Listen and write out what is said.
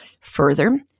Further